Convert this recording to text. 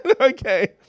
Okay